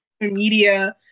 media